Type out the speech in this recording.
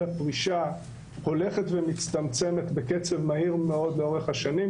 הפרישה הולכת ומצטמצמת בקצב מהיר מאוד לאורך השנים,